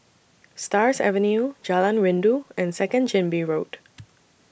Stars Avenue Jalan Rindu and Second Chin Bee Road